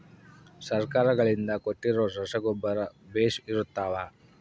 ಸರ್ಕಾರಗಳಿಂದ ಕೊಟ್ಟಿರೊ ರಸಗೊಬ್ಬರ ಬೇಷ್ ಇರುತ್ತವಾ?